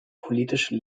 politische